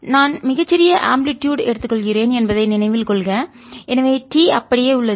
நான் மிகச் சிறிய ஆம்பிளிடுயுட் அலைவீச்சு எடுத்துக் கொள்கிறேன் என்பதை நினைவில் கொள்க எனவே T அப்படியே உள்ளது